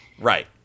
Right